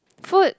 food